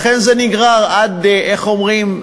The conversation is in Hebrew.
לכן זה נגרר עד, איך אומרים?